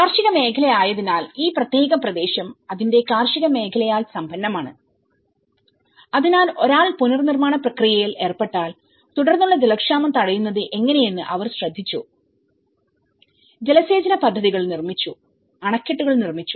കാർഷിക മേഖലയായതിനാൽ ഈ പ്രത്യേക പ്രദേശം അതിന്റെ കാർഷിക മേഖലയാൽ സമ്പന്നമാണ് അതിനാൽ ഒരാൾ പുനർനിർമ്മാണ പ്രക്രിയയിൽ ഏർപ്പെട്ടാൽ തുടർന്നുള്ള ജലക്ഷാമം തടയുന്നത് എങ്ങനെയെന്ന് അവർ ശ്രദ്ധിച്ചു ജലസേചന പദ്ധതികൾ നിർമ്മിച്ചുഅണക്കെട്ടുകൾ നിർമ്മിച്ചു